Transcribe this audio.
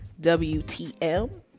WTM